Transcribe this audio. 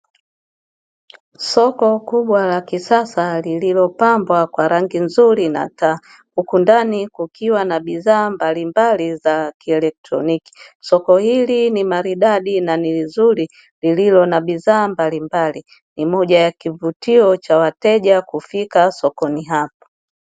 Soko kubwa la kisasa lililopambwa kwa rangi nzuri na taa huku ndani kukiwa na bidhaa mbalimbali za kielektroniki, soko hili ni maridadi na ni zuri lililo na bidhaa mbalimbali, ni moja ya kivutio cha wateja kufika sokoni hapa.